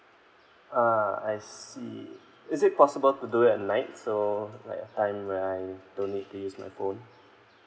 ah I see is it possible to do it at night so like a time when I don't need to use my phone